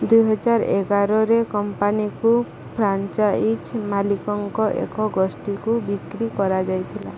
ଦୁଇହଜାର ଏଗାରରେ କମ୍ପାନୀକୁ ଫ୍ରାଞ୍ଚାଇଜ୍ ମାଲିକଙ୍କ ଏକ ଗୋଷ୍ଠୀକୁ ବିକ୍ରି କରାଯାଇଥିଲା